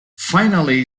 finally